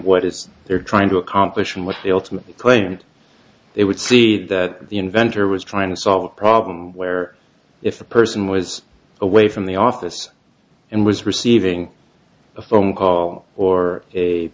is they're trying to accomplish in with the ultimate claimed it would see that the inventor was trying to solve a problem where if the person was away from the office and was receiving a phone call or a